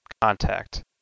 contact